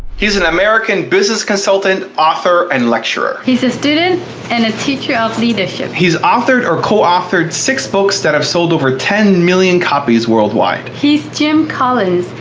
he's an american business consultant, author and lecturer. he's a student and a teacher of leadership. he's authored or coauthored six books that have sold over ten million copies worldwide. he's jim collins,